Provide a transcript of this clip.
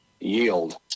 yield